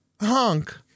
hunk